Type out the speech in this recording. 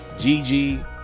Gigi